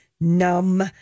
numb